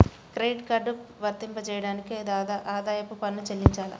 Credit card వర్తింపజేయడానికి ఆదాయపు పన్ను చెల్లించాలా?